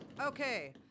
Okay